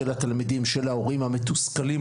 של התלמידים ושל ההורים המתוסכלים,